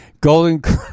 Golden